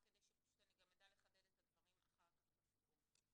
רק כדי שאני אדע לחדד את הדברים אחר כך בסיכום.